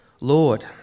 Lord